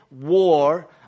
war